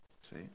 See